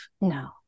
No